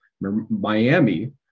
miami